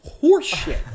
horseshit